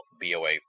BOA